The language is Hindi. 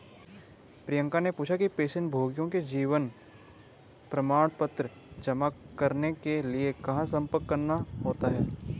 प्रियंका ने पूछा कि पेंशनभोगियों को जीवन प्रमाण पत्र जमा करने के लिए कहाँ संपर्क करना होता है?